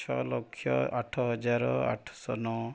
ଛଅ ଲକ୍ଷ ଆଠ ହଜାର ଆଠଶହ ନଅ